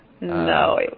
No